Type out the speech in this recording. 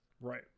Right